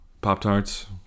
Pop-Tarts